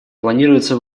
планируется